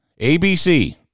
abc